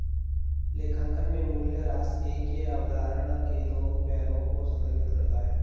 लेखांकन में मूल्यह्रास एक ही अवधारणा के दो पहलुओं को संदर्भित करता है